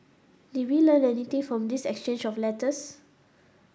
did we learn anything from this exchange of letters